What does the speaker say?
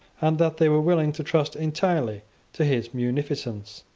and that they were willing to trust entirely to his munificence.